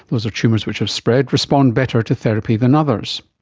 those are tumours which have spread, respond better to therapy than others.